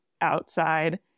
outside